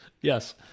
Yes